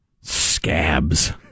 Scabs